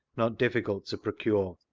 not difficult to procure.